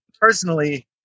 personally